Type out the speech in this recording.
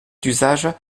d’usage